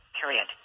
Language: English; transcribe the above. period